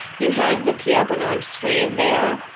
you had the pierre bernard stream there,